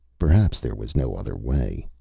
perhaps there was no other way.